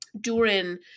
Durin